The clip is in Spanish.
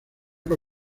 con